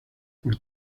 por